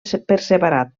separat